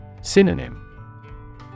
Synonym